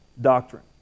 doctrine